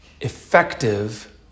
effective